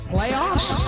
Playoffs